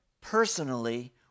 personally